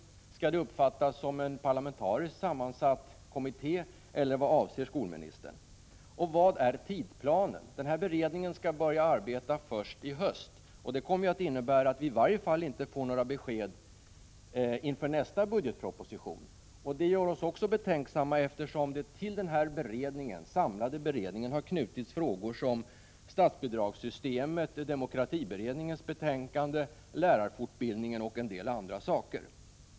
Skall beredningen uppfattas som en parlamentariskt sammansatt kommitté, eller vad avser skolministern? Vilken är tidsplanen? Beredningen skall börja arbeta först i höst, och det kommer att innebära att vi i varje fall inte får några besked inför nästa budgetproposition. Det gör oss betänksamma, eftersom det till den samlade beredningen har knutits frågor som gäller statsbidragssystemet, demokratiberedningens betänkande, lärarfortbildningen och en del andra saker.